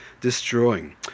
destroying